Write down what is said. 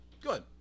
Good